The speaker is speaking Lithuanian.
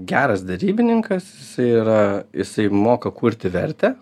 geras derybininkas jisai yra jisai moka kurti vertę